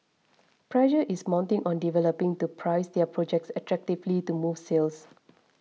pressure is mounting on developers to price their projects attractively to move sales